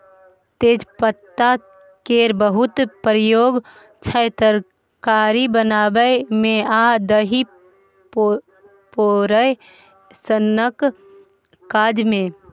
तेजपात केर बहुत प्रयोग छै तरकारी बनाबै मे आ दही पोरय सनक काज मे